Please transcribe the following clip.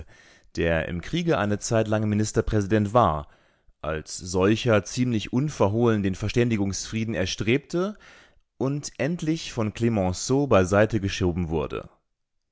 der im kriege eine zeitlang ministerpräsident war als solcher ziemlich unverhohlen den verständigungsfrieden erstrebte und endlich von clemenceau beiseite geschoben wurde